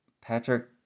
Patrick